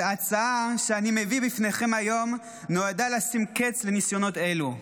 ההצעה שאני מביא בפניכם היום נועדה לשים קץ לניסיונות אלו.